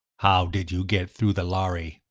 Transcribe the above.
how did you get through the lhari?